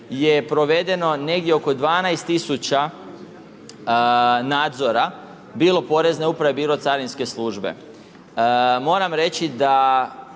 je provedeno negdje oko 12 000 nadzora, bilo porezne uprave, bilo carinske službe. Moram reći da